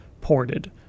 ported